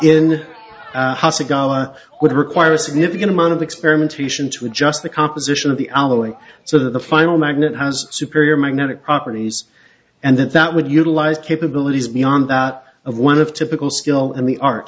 hasegawa would require a significant amount of experimentation to adjust the composition of the alloa so that the final magnet has superior magnetic properties and that that would utilize capabilities beyond that of one of typical skill in the art